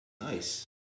nice